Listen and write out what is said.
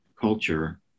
culture